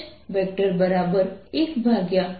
તેથી હું H 14π3m